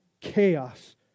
chaos